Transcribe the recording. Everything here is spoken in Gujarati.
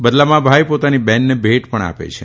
બદલામાં ભાઇ પોતાની બહેનને ભેટ પણ આપે છે